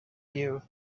you